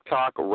Talk